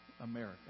America